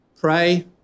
pray